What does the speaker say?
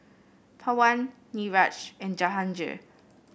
Pawan Niraj and Jahangir